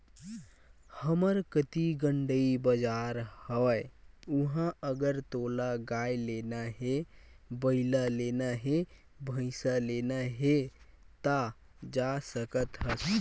हमर कती गंड़ई बजार हवय उहाँ अगर तोला गाय लेना हे, बइला लेना हे, भइसा लेना हे ता जा सकत हस